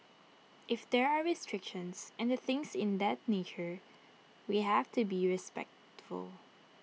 if there are restrictions and the things in that nature we have to be respectful